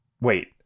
Wait